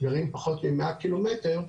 גרים פחות מ-100 ק"מ,